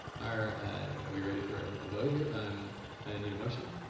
are we ready for ah a vote here? i um need a motion.